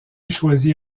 choisit